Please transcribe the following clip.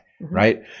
right